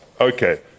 Okay